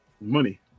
money